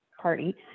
party